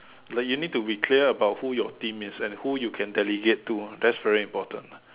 like you need to be clear about who your team is and who you can delegate to that's very important lah